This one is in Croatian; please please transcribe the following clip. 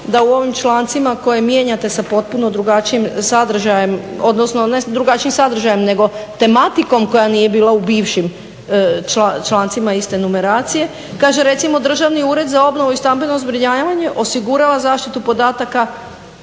da u ovim člancima koje mijenjate sa potpuno drugačijim sadržajem, odnosno ne drugačijim sadržajem nego tematikom koja nije bila u bivšim člancima iste numeracije. Kaže recimo Državni ured za obnovu i stambeno zbrinjavanje osigurava zaštitu podataka